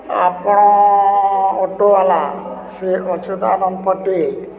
ଆପଣ ଅଟୋବାଲା ସେ